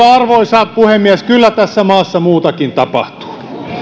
arvoisa puhemies kyllä tässä maassa muutakin tapahtuu